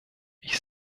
ich